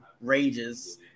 rages